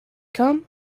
come